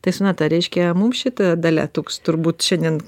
tai sonata reiškia mums šita dalia tūks turbūt šiandien